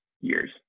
years